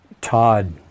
Todd